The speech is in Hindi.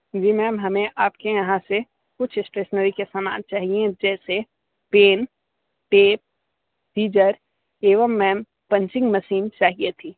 जी मैम हमें आपके यहाँ से कुछ स्टेशनरी के सामान चाहिए जैसे पेन टेप सिज़र एवं मैम पंचिंग मशीन चाहिए थी